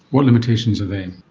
what limitations are they?